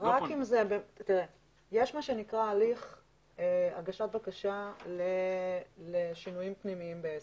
יש מה שנקרא הליך הגשת בקשה לשינויים פנימיים בעסק,